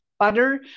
butter